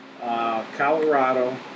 Colorado